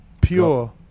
Pure